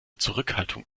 zurückhaltung